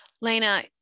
Lena